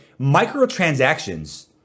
microtransactions